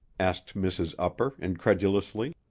asked mrs. upper incredulously.